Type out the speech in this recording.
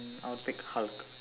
I would pick Hulk